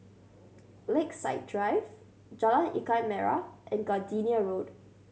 Lakeside Drive Jalan Ikan Merah and Gardenia Road